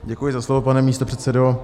Děkuji za slovo, pane místopředsedo.